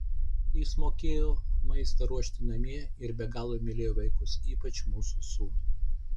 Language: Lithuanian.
jis mokėjo maistą ruošti namie ir be galo mylėjo vaikus ypač mūsų sūnų